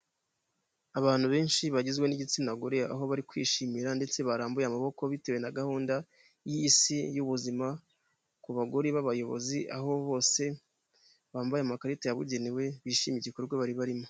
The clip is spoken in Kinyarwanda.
Abantu benshi bagizwe n'igitsina gore, aho bari kwishimira ndetse barambuye amaboko bitewe na gahunda y'isi y'ubuzima ku bagore b'abayobozi, aho bose bambaye amakarita yabugenewe, bishimira igikorwa bari barimo.